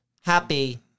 happy